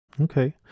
Okay